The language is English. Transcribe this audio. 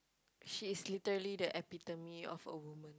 she is literally the epitome of a woman